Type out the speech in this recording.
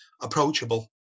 approachable